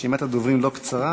רשימת הדוברים אינה קצרה,